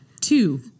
two